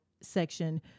section